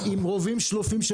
עם רובים שלופים,